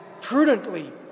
prudently